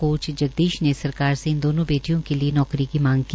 coach Jagdish ने सरकार से इन दोनों के लिए नौकरी की मांग की